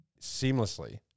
seamlessly